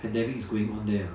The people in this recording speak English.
pandemic is going on there ah